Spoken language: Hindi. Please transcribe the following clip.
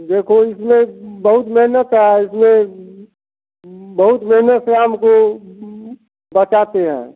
देखो इसमें बहुत मेहनत है इसमें बहुत मेहनत से आम को बचाते हैं